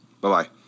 Bye-bye